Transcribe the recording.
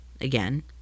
again